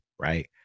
right